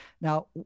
Now